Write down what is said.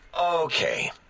Okay